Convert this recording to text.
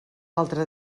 altre